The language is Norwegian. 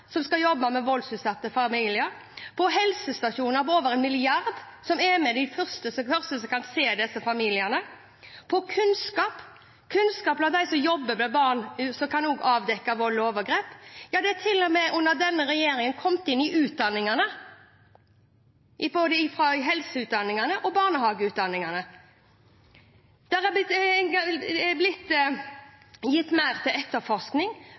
som skal jobbe med voldsutsatte familier, på helsestasjoner, med over 1 mrd. kr – de er blant de første som kan se disse familiene – og på kunnskap blant dem som jobber med barn og kan avdekke vold og overgrep. Under denne regjeringen er dette til og med kommet inn i helseutdanningene og barnehageutdanningene. Det er gitt mer til